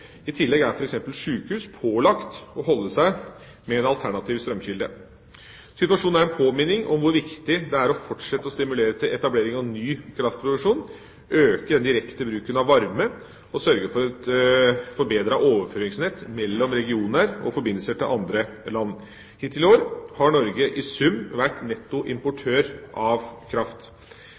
I tillegg er f.eks. sykehus pålagt å holde seg med en alternativ strømkilde. Situasjonen er en påminning om hvor viktig det er å fortsette å stimulere til etablering av ny kraftproduksjon, øke den direkte bruken av varme og sørge for et forbedret overføringsnett mellom regioner og forbindelser til andre land. Hittil i år har Norge i sum vært nettoimportør av kraft.